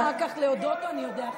מי לא יכול לטוס לחוץ לארץ?